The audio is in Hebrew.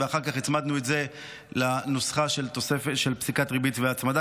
ואחר כך הצמדנו את זה לנוסחה של פסיקת ריבית והצמדה,